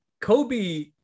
Kobe